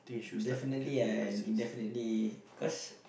definitely I indefinitely cause